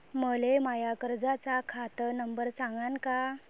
मले माया कर्जाचा खात नंबर सांगान का?